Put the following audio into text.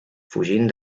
fugint